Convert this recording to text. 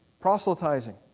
proselytizing